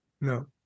No